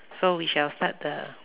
so we shall start the